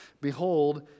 Behold